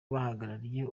bahagarariye